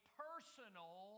personal